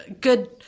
good